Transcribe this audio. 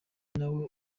nawe